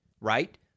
right